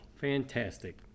Fantastic